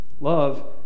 Love